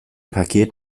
paket